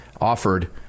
offered